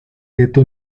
gueto